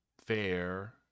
fair